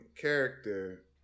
character